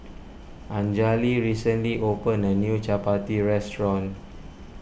Anjali recently opened a new Chapati restaurant